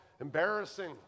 embarrassing